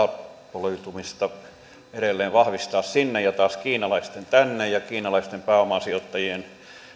etabloitumista edelleen vahvistaa sinne ja taas kiinalaisten tänne ja kiinalaisten pääomasijoittajien